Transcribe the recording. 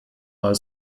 mal